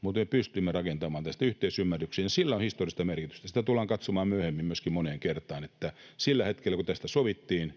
mutta me pystyimme rakentamaan tästä yhteisymmärryksen, ja sillä on historiallista merkitystä. Sitä tullaan katsomaan myöhemmin myöskin moneen kertaan, että sillä hetkellä, kun tästä sovittiin,